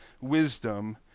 wisdom